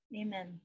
amen